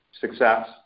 success